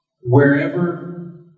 wherever